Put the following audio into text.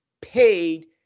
paid